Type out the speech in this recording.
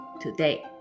today